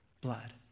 Blood